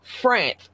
France